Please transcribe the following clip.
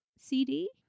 CD